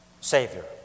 Savior